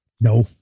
no